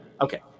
okay